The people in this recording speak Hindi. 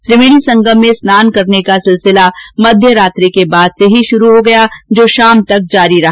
त्रिवेणी संगम में स्नान करने का सिलसिला मध्यरात्रि के बाद से ही शुरू हो गया जो लगातार जारी है